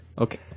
Okay